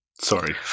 sorry